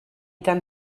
tan